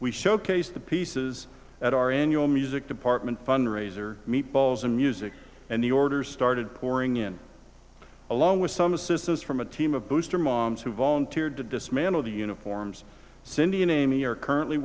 we showcase the pieces at our annual music department fundraiser meatballs and music and the orders started pouring in along with some assistance from a team of booster moms who volunteered to dismantle the uniforms cindy and amy are currently